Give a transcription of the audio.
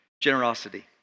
Generosity